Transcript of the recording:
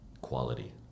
quality